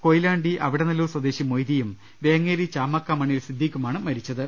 കൊയിലാണ്ടി അവിടനല്ലൂർ സ്വദേശി മൊയ്തിയും വേങ്ങേരി ചാമക്കാമ ണ്ണിൽ സിദ്ധീഖുമാണ് മരിച്ചത്